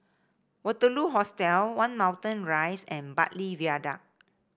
Waterloo Hostel One Moulmein Rise and Bartley Viaduct